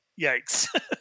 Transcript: yikes